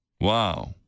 wow